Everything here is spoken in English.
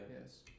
yes